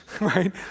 right